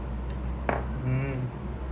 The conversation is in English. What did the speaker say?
mm